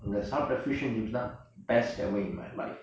அங்க சாப்பட்ட:anga saapta fish and chips தான்:thaan best ever in my life